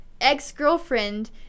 ex-girlfriend